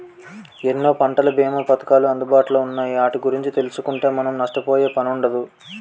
ఎన్నో పంటల బీమా పధకాలు అందుబాటులో ఉన్నాయి ఆటి గురించి తెలుసుకుంటే మనం నష్టపోయే పనుండదు